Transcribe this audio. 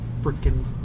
freaking